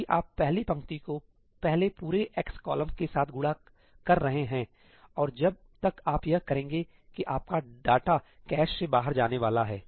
यदि आप पहली पंक्ति को पहले पूरे x कॉलम के साथ गुणा कर रहे हैं और जब तक आप यह करेंगे कि आपका डेटा कैश से बाहर जाने वाला है